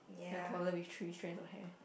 a toddler with three strands of hair